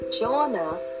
Jonah